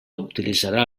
utilitzarà